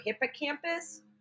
hippocampus